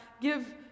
Give